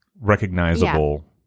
recognizable